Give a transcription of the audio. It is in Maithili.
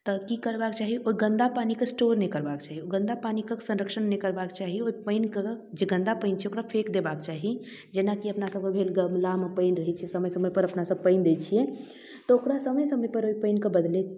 तऽ की करबाक चाही ओइ गन्दा पानिके स्टोर नहि करबाक चाही गन्दा पानिके संरक्षण नहि करबाक चाही ओ पानिके जे गन्दा पानि छै ओकरा फेक देबाक चाही जेनाकि अपना सबके भेल गमलामे पानि रहै छै समय समयपर अपना सब पानि दै छियै तऽ ओकरो समय समयपर ओइ पानिके बदलैत